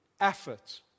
effort